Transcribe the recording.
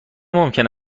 ممکن